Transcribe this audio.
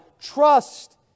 trust